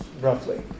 roughly